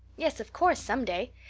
yes, of course, someday.